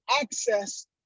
access